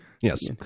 Yes